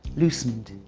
loosened.